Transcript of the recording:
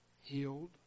healed